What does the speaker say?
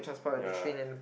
ya